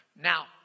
Now